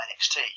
NXT